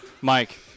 Mike